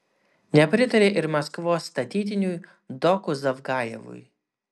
nepritarė ir maskvos statytiniui doku zavgajevui